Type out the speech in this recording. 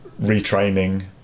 retraining